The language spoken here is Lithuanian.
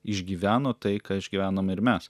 išgyveno tai ką išgyvenome ir mes